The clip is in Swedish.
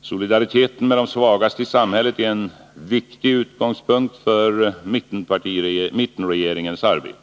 Solidariteten med de svagaste i samhället är en viktig utgångspunkt för mittenregeringens arbete.